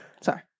Sorry